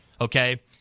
okay